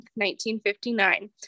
1959